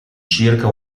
circa